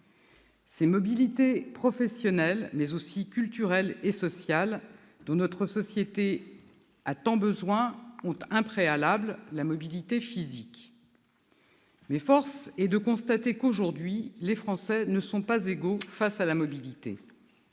Ces mobilités- professionnelle, culturelle ou sociale -dont notre société a tant besoin ont un préalable : la mobilité physique. Force est de constater qu'aujourd'hui les Français ne sont pas égaux face à la mobilité.